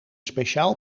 speciaal